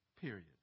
Period